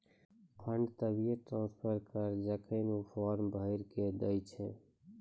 fund तभिये transfer करऽ जेखन ऊ फॉर्म भरऽ के दै छै